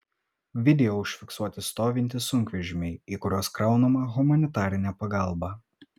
video užfiksuoti stovintys sunkvežimiai į kuriuos kraunama humanitarinė pagalba